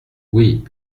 oui